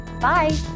Bye